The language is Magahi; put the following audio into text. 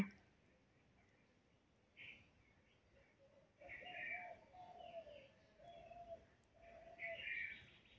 आइज बहुते नमी छै जे मोर सबला कपड़ा भींगे गेल छ